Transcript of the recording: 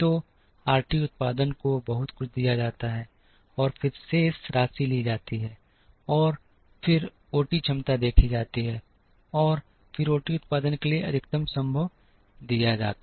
तो आरटी उत्पादन को बहुत कुछ दिया जाता है और फिर शेष राशि ली जाती है फिर ओटी क्षमता देखी जाती है और फिर ओटी उत्पादन के लिए अधिकतम संभव दिया जाता है